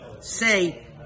say